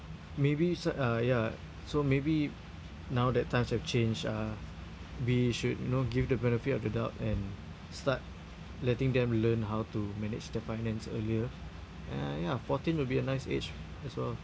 maybe s~ uh ya so maybe now that times have changed uh we should you know give the benefit of the doubt and start letting them learn how to manage the finance earlier uh ya fourteen will be a nice age as well